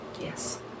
Yes